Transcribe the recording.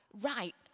right